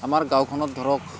আমাৰ গাঁওখনত ধৰক